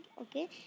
okay